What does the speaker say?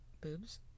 boobs